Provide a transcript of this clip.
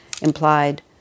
implied